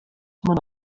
man